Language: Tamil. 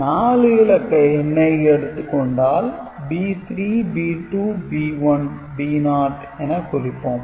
4 இலக்க எண்ணை எடுத்துக் கொண்டால் B3 B2 B1 B0 என குறிப்போம்